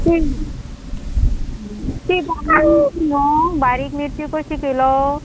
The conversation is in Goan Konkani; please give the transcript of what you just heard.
ती बारीक मिर्ची न्हू बारीक मिर्ची कशी केलो